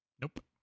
Nope